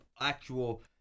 actual